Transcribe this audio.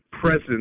presence